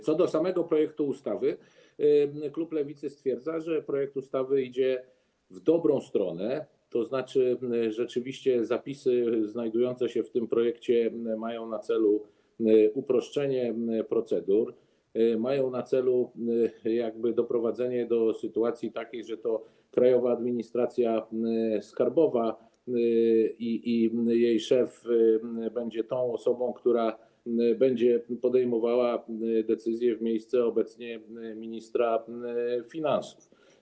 Co do samego projektu ustawy, to klub Lewicy stwierdza, że projekt ustawy idzie w dobrą stronę, tzn. rzeczywiście zapisy znajdujące się w tym projekcie mają na celu uproszczenie procedur, mają na celu doprowadzenie do sytuacji takiej, że to szef Krajowej Administracji Skarbowej będzie tą osobą, która będzie podejmowała decyzje w miejsce obecnie ministra finansów.